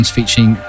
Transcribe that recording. featuring